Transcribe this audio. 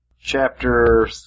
Chapter